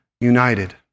united